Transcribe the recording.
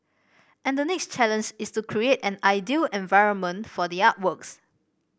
and the next challenge is to create an ideal environment for the artworks